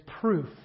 proof